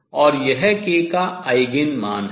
और यह k का आयगेन मान है